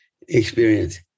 experience